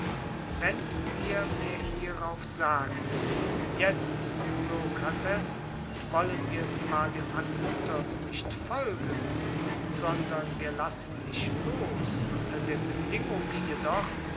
wenn ihr mir hierauf sagtet jetzt sokrates wollen wir zwar dem anytos nicht folgen sondern wir lassen dich los unter der bedingung jedoch